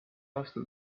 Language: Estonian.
aastal